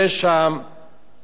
שקוראים לזה גם יצירתיות,